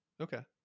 okay